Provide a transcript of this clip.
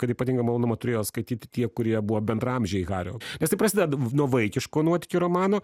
kad ypatingai malonumą turėjo skaityti tie kurie buvo bendraamžiai hario nes tai prasideda nuo vaikiško nuotykių romano